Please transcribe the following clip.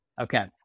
Okay